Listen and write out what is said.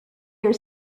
your